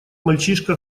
мальчишка